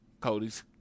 Cody's